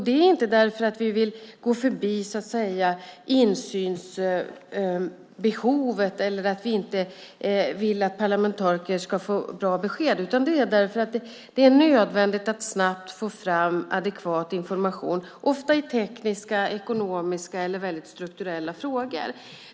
Det är inte därför att vi vill gå förbi insynsbehovet eller att vi inte vill att parlamentariker ska få bra besked, utan det är därför att det är nödvändigt att snabbt få fram adekvat information, ofta i tekniska, ekonomiska eller väldigt strukturella frågor.